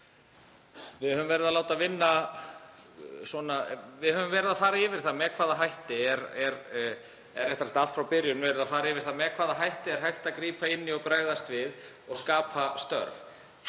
frá byrjun verið að fara yfir það með hvaða hætti hægt er að grípa inn í og bregðast við og skapa störf.